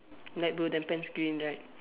light blue then pants green right